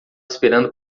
esperando